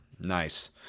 Nice